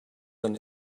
than